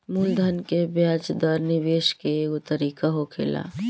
मूलधन के ब्याज दर निवेश के एगो तरीका होखेला